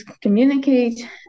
communicate